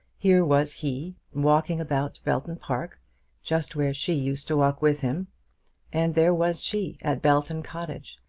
here was he, walking about belton park just where she used to walk with him and there was she at belton cottage,